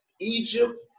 egypt